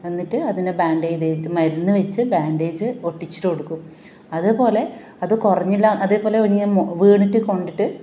എന്നിട്ട് അതിനെ ബാൻഡേജ് ചെയ്ത് മരുന്ന് വെച്ച് ബാൻഡേജ് ഒട്ടിച്ചിട്ട് കൊടുക്കും അതേപോലെ അത് കുറഞ്ഞില്ല അതേപോലെ ഇനിയുമോ വീണിട്ട് കൊണ്ടിട്ട്